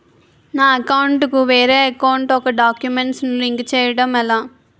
నా అకౌంట్ కు వేరే అకౌంట్ ఒక గడాక్యుమెంట్స్ ను లింక్ చేయడం ఎలా?